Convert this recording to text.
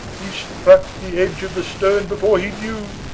he struck the edge of the stone before he knew,